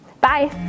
bye